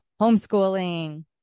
homeschooling